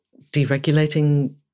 deregulating